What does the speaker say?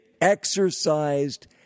exercised